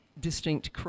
distinct